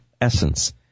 essence